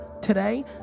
today